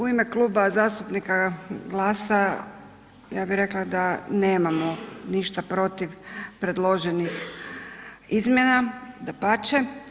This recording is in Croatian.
U ime Kluba zastupnika GLAS-a ja bih rekla da nemamo ništa protiv predloženih izmjena, dapače.